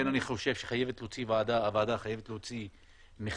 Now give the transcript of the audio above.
לכן אני חושב שהוועדה חייבת להוציא מכתב